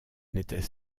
n’était